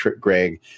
greg